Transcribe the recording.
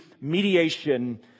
mediation